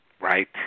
Right